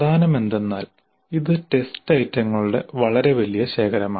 പ്രധാനമെന്തെന്നാൽ ഇത് ടെസ്റ്റ് ഐറ്റങ്ങളുടെ വളരെ വലിയ ശേഖരമാണ്